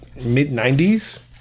mid-90s